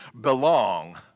belong